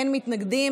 אין מתנגדים.